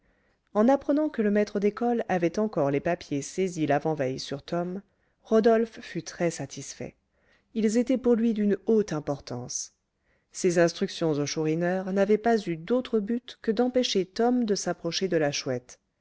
en apprenant que le maître d'école avait encore les papiers saisis l'avant-veille sur tom rodolphe fut très-satisfait ils étaient pour lui d'une haute importance ses instructions au chourineur n'avaient pas eu d'autre but que d'empêcher tom de s'approcher de la chouette